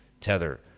tether